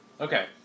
Okay